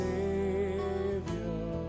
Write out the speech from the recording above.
Savior